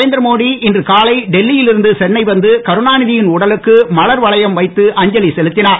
நரேந்திர மோடி இன்று காலை டெல்லியில் இருந்து சென்னை வந்து கருணாநிதியின் உடலுக்கு மலர் வளையம் வைத்து அஞ்சலி செலுத்தினார்